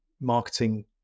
marketing